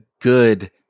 good –